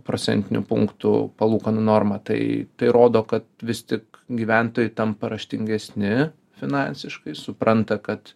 procentinių punktų palūkanų norma tai tai rodo kad vis tik gyventojai tampa raštingesni finansiškai supranta kad